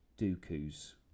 Dooku's